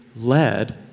led